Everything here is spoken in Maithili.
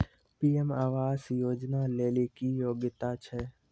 पी.एम आवास योजना लेली की योग्यता छै?